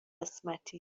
قسمتی